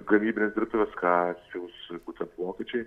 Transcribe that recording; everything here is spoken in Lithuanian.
gamybinės dirbtuvės ką siūs būtent vokiečiai